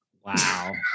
Wow